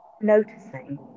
noticing